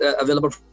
available